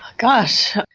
gosh.